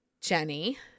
Jenny